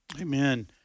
Amen